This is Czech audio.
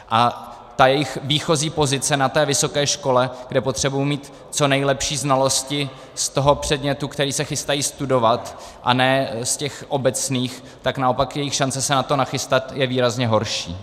A jejich výchozí pozice na vysoké škole, kde potřebují mít co nejlepší znalosti z předmětu, který se chystají studovat, a ne z těch obecných, tak naopak jejich šance se na to nachystat je výrazně horší.